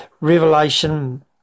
Revelation